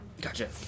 Gotcha